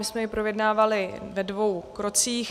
My jsme jej projednávali ve dvou krocích.